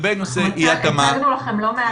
נכון, הצגנו לכם לא מעט מקרים.